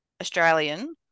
Australian